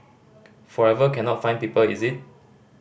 forever cannot find people is it